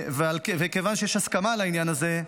כיוון שיש הסכמה בעניין הזה,